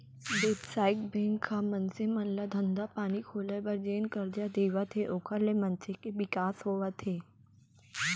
बेवसायिक बेंक ह मनसे मन ल धंधा पानी खोले बर जेन करजा देवत हे ओखर ले मनसे के बिकास होवत हे